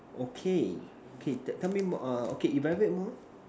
okay K tell me more err okay elaborate more